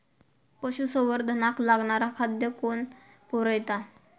पशुसंवर्धनाक लागणारा खादय कोण पुरयता?